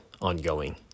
ongoing